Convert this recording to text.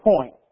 point